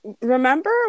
remember